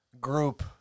group